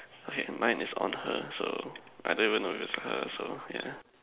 my my is on her so I don't even know is her so yeah